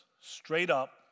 straight-up